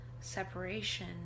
separation